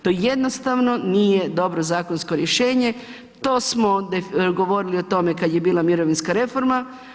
To jednostavno nije dobro zakonsko rješenje, to smo govorili o tome kad je bila mirovinska reforma.